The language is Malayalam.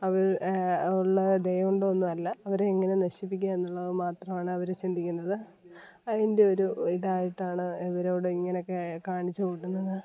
അവർ ഉള്ള ദയ കൊണ്ടോ ഒന്നുമല്ല അവരെ എങ്ങനെ നശിപ്പിക്കാമെന്നുള്ളത് മാത്രമാണ് അവർ ചിന്തിക്കുന്നത് അതിൻ്റെ ഒരു ഇതായിട്ടാണ് അവരോട് ഇങ്ങനൊക്കെ കാണിച്ച് കൂട്ടുന്നത്